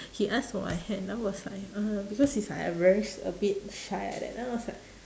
he ask for my hand I was like oh because is like I very sh~ a bit shy like that then I was like